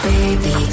Baby